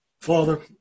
father